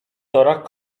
torach